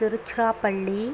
Tiruchirappalli